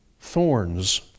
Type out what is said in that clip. Thorns